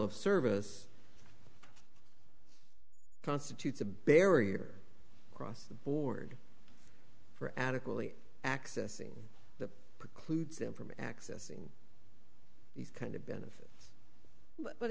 of service constitutes a barrier cross the board for adequately accessing the precludes them from accessing these kind of benefits but